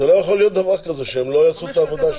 זה לא יכול להיות דבר כזה שהן לא עושות את העבודה שלהן.